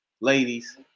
ladies